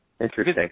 interesting